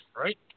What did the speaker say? right